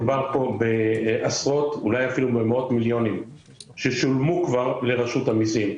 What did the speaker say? מדובר פה בעשרות אולי אפילו במאות מיליונים ששולמו כבר לרשות המיסים.